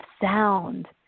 sound